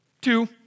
two